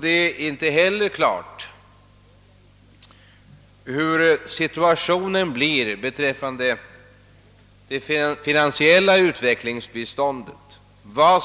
Det är inte heller klart hur mycket som kan komma att fattas beträffande det finansiella utvecklingsbiståndet, för